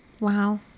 Wow